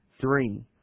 Three